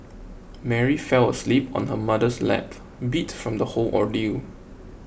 Mary fell asleep on her mother's lap beat from the whole ordeal